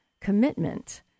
commitment